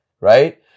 right